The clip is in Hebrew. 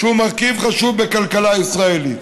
שהוא מרכיב חשוב בכלכלה הישראלית.